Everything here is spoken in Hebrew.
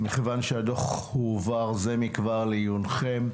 מכיוון שהדוח הועבר זה מכבר לעיונכם,